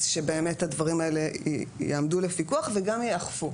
אז שבאמת הדברים האלה יעמדו לפיקוח וגם יאכפו.